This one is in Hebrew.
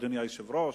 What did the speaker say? אדוני היושב-ראש,